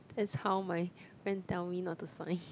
that's how my friend tell me not to sign